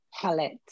palette